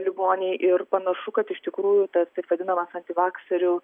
ligoniai ir panašu kad iš tikrųjų tas taip vadinamas antivakserių